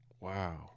Wow